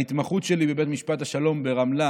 ההתמחות שלי בבית משפט השלום ברמלה